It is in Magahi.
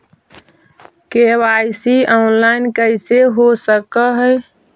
के.वाई.सी ऑनलाइन कैसे हो सक है?